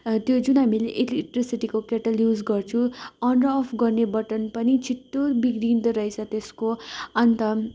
त्यो जुन हामीले इलेक्ट्रिसिटीको केटल युज गर्छौँ अन र अफ गर्ने बटन पनि छिटो बिग्रिँदो रहेछ त्यसको अन्त